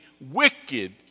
wicked